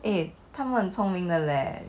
eh 他们聪明的嘞